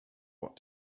what